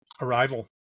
Arrival